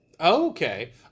Okay